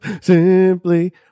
Simply